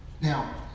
now